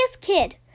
kid